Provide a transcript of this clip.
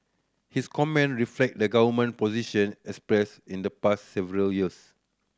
his comment reflect the government position expressed in the past several years